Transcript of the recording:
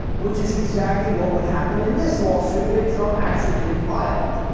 which is exactly what would happen in this lawsuit if trump actually did file it.